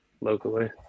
locally